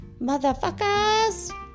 Motherfuckers